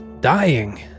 dying